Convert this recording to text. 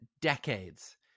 decades